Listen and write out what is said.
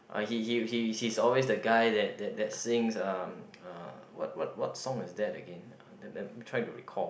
ah he he he he's always the guy that that sings uh what what what song is that again let me try to recall